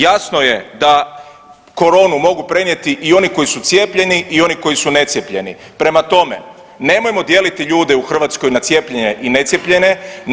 Jasno je da koronu mogu prenijeti i oni koji su cijepljeni i oni koji su necijepljeni, prema tome nemojmo dijeliti ljude u Hrvatskoj na cijepljene i necijepljene.